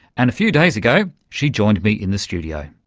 and a few days ago she joined me in the studio.